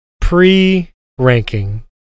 pre-ranking